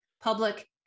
Public